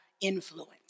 influence